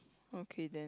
okay then